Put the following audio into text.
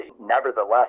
nevertheless